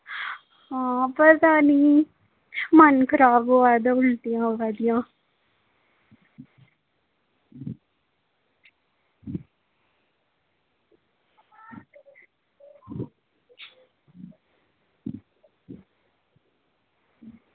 आं पता नी मन खराब होआ दा उल्टियां होआ दियां